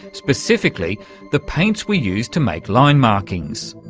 specifically the paints we use to make line markings.